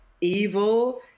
evil